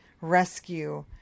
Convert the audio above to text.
rescue